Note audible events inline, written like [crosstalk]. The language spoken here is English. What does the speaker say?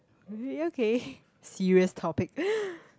okay serious topic [breath]